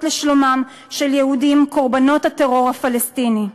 לשלומם של יהודים קורבנות הטרור הפלסטיני.